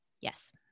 Yes